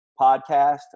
podcast